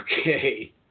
Okay